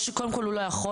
קודם כל הוא לא יכול,